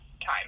time